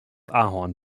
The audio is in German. ahorn